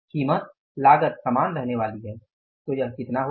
कीमत लागत समान रहने वाली है तो यह कितना होगा